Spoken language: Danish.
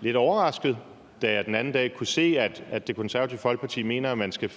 lidt overrasket, da jeg den anden dag kunne se, at Det Konservative Folkeparti mener, at man skal